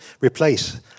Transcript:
replace